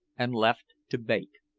and left to bake.